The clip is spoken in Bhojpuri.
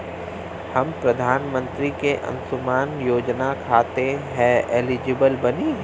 हम प्रधानमंत्री के अंशुमान योजना खाते हैं एलिजिबल बनी?